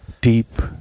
deep